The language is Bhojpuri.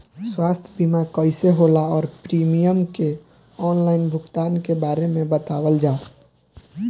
स्वास्थ्य बीमा कइसे होला और प्रीमियम के आनलाइन भुगतान के बारे में बतावल जाव?